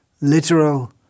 literal